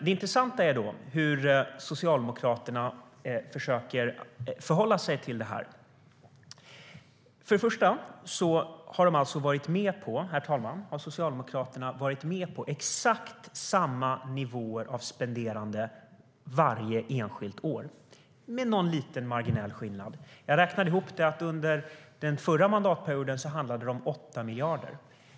Det intressanta är hur Socialdemokraterna försöker förhålla sig till det här. För det första, herr talman, har Socialdemokraterna varit med på exakt samma nivåer av spenderande varje enskilt år - med någon marginell skillnad. Jag räknade ihop att under den förra mandatperioden handlade det om 8 miljarder.